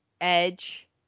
Edge